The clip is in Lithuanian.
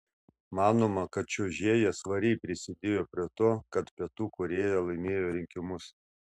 manoma kad čiuožėja svariai prisidėjo prie to kad pietų korėja laimėjo rinkimus